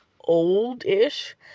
old-ish